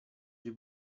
sui